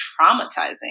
traumatizing